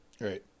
right